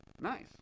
Nice